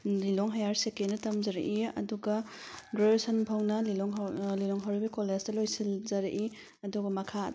ꯂꯤꯂꯣꯡ ꯍꯥꯌꯔ ꯁꯦꯀꯦꯟꯗ ꯇꯝꯖꯔꯛꯏ ꯑꯗꯨꯒ ꯒ꯭ꯔꯦꯖꯨꯑꯦꯁꯟ ꯐꯥꯎꯅ ꯂꯤꯂꯣꯡ ꯂꯤꯂꯣꯡ ꯍꯥꯎꯔꯩꯕꯤ ꯀꯣꯂꯦꯖꯇ ꯂꯣꯏꯁꯤꯟꯖꯔꯛꯏ ꯑꯗꯨꯒ ꯃꯈꯥ